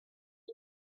大学